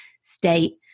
state